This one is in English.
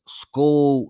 school